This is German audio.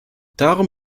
darum